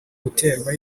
uterwa